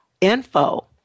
info